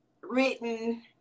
written